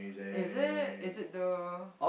is it is it though